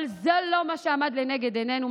אבל זה לא מה שעמד לנגד עינינו.